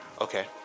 Okay